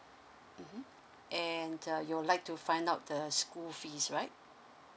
mmhmm and uh you would like to find out the school fees right